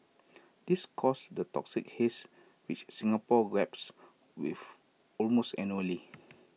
this causes the toxic haze which Singapore grapples with almost annually